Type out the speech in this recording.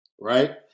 right